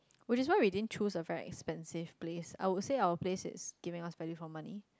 which is why we didn't choose a very expensive place I would say our place is giving out spending for money